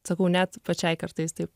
sakau net pačiai kartais taip